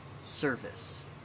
service